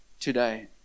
today